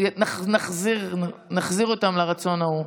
נחזיר אותם לרצון ההוא,